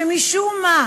שמשום מה,